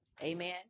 amen